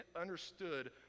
understood